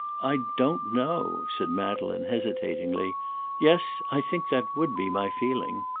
i don't know, said madeleine, hesitatingly yes, i think that would be my feeling.